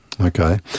Okay